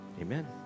Amen